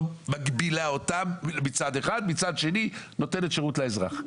אחד לא מגבילה אותן ומצד שני נותנת שירות לאזרח.